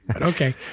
Okay